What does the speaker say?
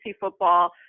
football